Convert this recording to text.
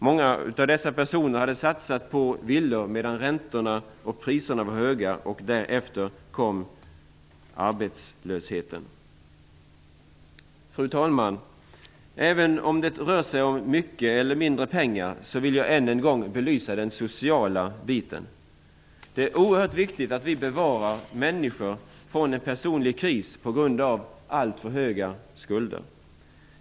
Många av dessa personer hade satsat på villor när räntorna och priserna var höga, och därefter kom arbetslösheten. Fru talman! Oavsett om det rör sig om mycket eller litet pengar, så vill jag än en gång belysa den sociala biten. Det är oerhört viktigt att vi hjälper människor från att inte komma in i en personlig kris på grund av alltför höga skulder.